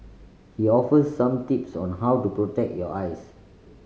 he offers some tips on how to protect your eyes